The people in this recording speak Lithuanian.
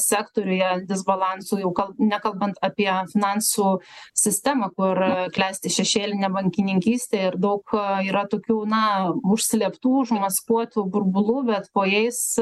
sektoriuje disbalansų jau nekalbant apie finansų sistemą kur klesti šešėlinė bankininkystė ir daug yra tokių na užslėptų užmaskuotų burbulų bet po jais